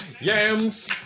Yams